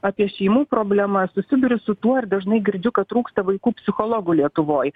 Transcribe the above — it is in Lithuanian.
apie šeimų problemas susiduriu su tuo ir dažnai girdžiu kad trūksta vaikų psichologų lietuvoj